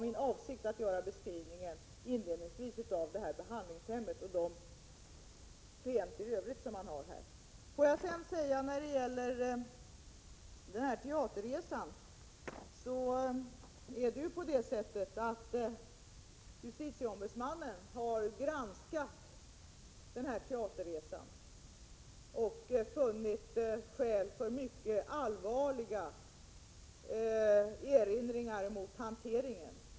Min avsikt var att inledningsvis beskriva behandlingshemmen och deras klienter. Får jag sedan säga beträffande teaterresan att justitieombudsmannen har granskat denna teaterresa och funnit skäl för mycket allvarliga erinringar mot hanteringen.